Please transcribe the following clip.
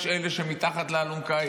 יש אלה שמתחת לאלונקה,